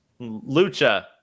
Lucha